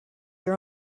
your